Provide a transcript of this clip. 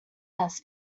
has